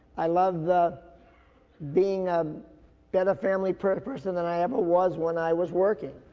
i love the being a better family per, person than i ever was when i was working.